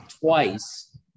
twice